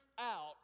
out